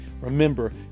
Remember